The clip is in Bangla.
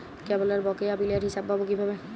কেবলের বকেয়া বিলের হিসাব পাব কিভাবে?